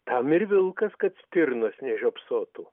tam ir vilkas kad stirnos nežiopsotų